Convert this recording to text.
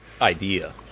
idea